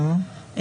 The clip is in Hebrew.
בסדר.